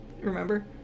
Remember